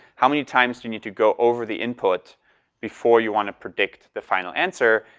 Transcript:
how many times do you need to go over the input before you wanna predict the final answer?